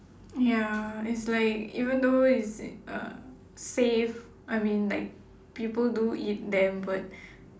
ya it's like even though it's uh safe I mean like people do eat them but